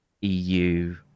EU